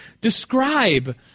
Describe